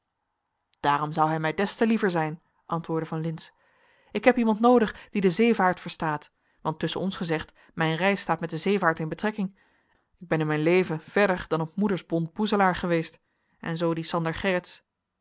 daarom zou hij mij des te liever zijn antwoordde van lintz ik heb iemand noodig die de zeevaart verstaat want tusschen ons gezegd mijn reis staat met de zeevaart in betrekking ik ben in mijn leven verder dan op moeders bont boezelaar geweest en zoo die sander